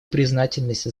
признательность